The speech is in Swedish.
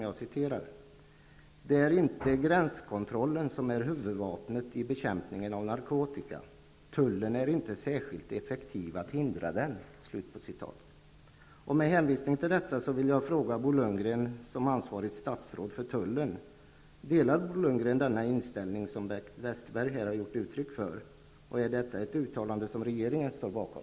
Jag citerar: ''Det är ju inte gränskontrollen som är vårt huvudvapen i bekämpningen av narkotika, tullen är inte särskilt effektiv i att hindra den.'' Lundgren den inställning som Bengt Westerberg här har gjort sig till uttryck för, och är detta ett uttalande som regeringen står bakom?